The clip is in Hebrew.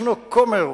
יש כומר,